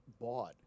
bought